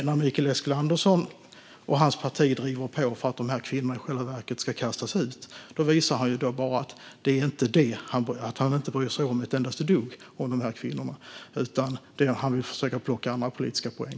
När Mikael Eskilandersson och hans parti driver på för att de här kvinnorna i själva verket ska kastas ut visar han ju bara att han inte bryr sig ett endaste dugg om dem. Han försöker i stället plocka andra politiska poäng.